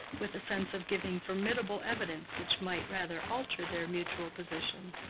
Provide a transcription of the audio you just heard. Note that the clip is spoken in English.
with a sense of giving formidable evidence which might rather alter their mutual position.